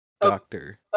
doctor